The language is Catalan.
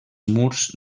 murs